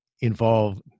involve